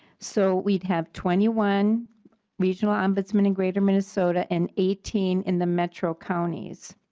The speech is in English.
so we have twenty one regional ombudsman in greater minnesota and eighteen in the metro counties.